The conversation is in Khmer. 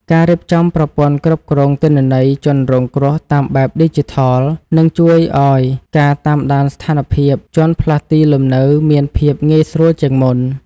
ការរៀបចំប្រព័ន្ធគ្រប់គ្រងទិន្នន័យជនរងគ្រោះតាមបែបឌីជីថលនឹងជួយឱ្យការតាមដានស្ថានភាពជនផ្លាស់ទីលំនៅមានភាពងាយស្រួលជាងមុន។